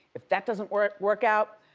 if that doesn't work work out,